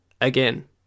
again